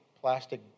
plastic